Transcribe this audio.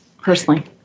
personally